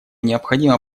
необходимо